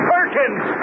Perkins